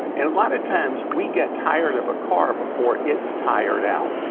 and a lot of times we get tired of a car before it's tired out.